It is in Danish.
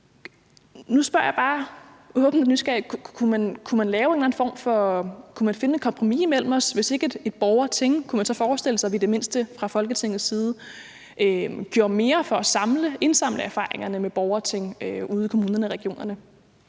Nu spørger jeg bare åbent og nysgerrigt: Hvis ikke et borgerting, kunne man så finde et kompromis imellem os om, at vi i det mindste fra Folketingets side gjorde mere for at indsamle erfaringerne fra borgerting ude i kommunerne og regionerne?